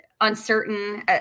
uncertain